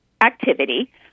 activity